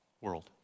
world